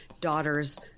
daughter's